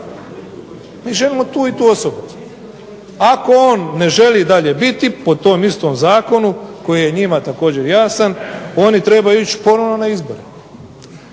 mi želimo tu i tu osobu. Ako on ne želi dalje biti po tom istom zakonu koji je njima također jasan oni trebaju ići ponovo na izbore.